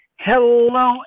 Hello